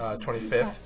twenty-fifth